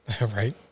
Right